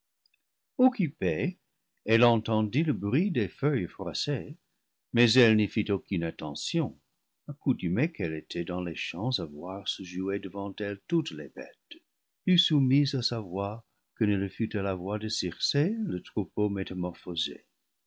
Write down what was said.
occupée elle entendit le bruit des feuilles froissées mais elle n'y fit aucune attention accoutumée qu'elle était dans les champs à voir se jouer devant elle toutes les bêtes plus soumises à sa voix que ne le fut à la voix de circé le troupeau métamorphosé